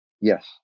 Yes